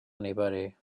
anybody